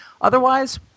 otherwise